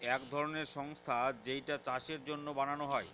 এক ধরনের সংস্থা যেইটা চাষের জন্য বানানো হয়